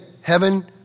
heaven